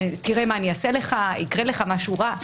תראה מה אני אעשה לך, יקרה לך משהו רע.